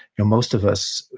you know, most of us,